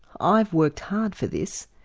i've worked hard for this.